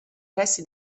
pressi